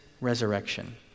resurrection